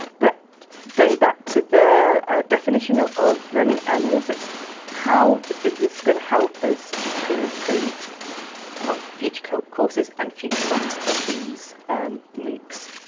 but going back to the ah definition ah of learning analytics how is this going to help us to improve on future courses and future runs of these moocs?